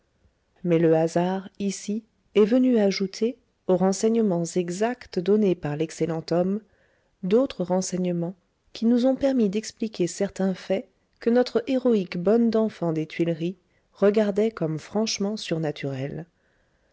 mais le hasard ici est venu ajouter aux renseignements exacts donnés par l'excellent homme d'autres renseignements qui nous ont permis d'expliquer certains faits que notre héroïque bonne d'enfants des tuileries regardait comme franchement surnaturels